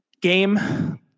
game